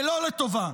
ולא לטובה.